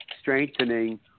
strengthening